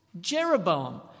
Jeroboam